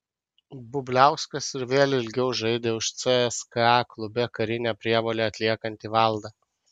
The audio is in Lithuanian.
bubliauskas ir vėl ilgiau žaidė už cska klube karinę prievolę atliekantį valdą